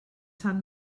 tan